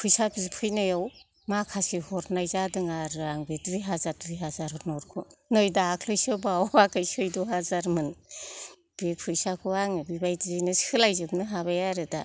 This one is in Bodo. फैसा बिफैनायाव माखासे हरनाय जादों आरो आं बे दुइ हाजार दुइ हाजार नथखौ नै दाख्लैसो बावाखै सैद' हाजारमोन बे फैसाखौ आंङो बेबायैदिनो सोलायजोबनो हाबाय आरो दा